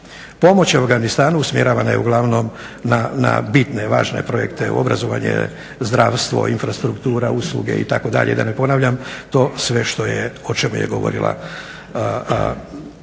Pomoć Afganistanu usmjeravana je uglavnom na bitne i važne projekte, obrazovanje, zdravstvo, infrastruktura, usluge itd., da ne ponavljam, to sve što je, o čemu je govorila